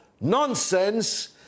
nonsense